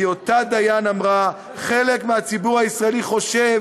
כי אותה דיין אמרה: חלק מהציבור הישראלי חושב